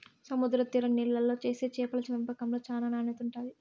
సముద్ర తీర నీళ్ళల్లో చేసే చేపల పెంపకంలో చానా నాణ్యత ఉంటాది